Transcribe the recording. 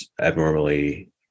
abnormally